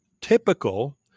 typical